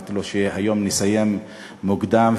אמרתי לו שהיום נסיים מוקדם,